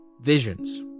visions